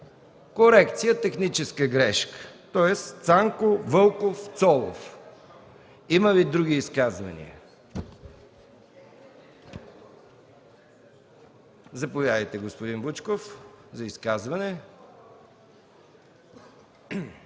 Корекция – техническа грешка, тоест Цанко Вълков Цолов. Има ли други изказвания? Заповядайте, господин Вучков.